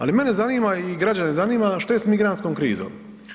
Ali mene zanima i građane zanima, što je s migrantskom krizom?